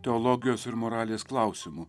teologijos ir moralės klausimu